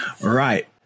right